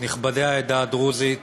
נכבדי העדה הדרוזית